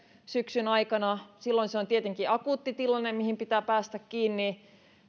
syksyn aikana silloin se on tietenkin akuutti tilanne mihin pitää päästä kiinni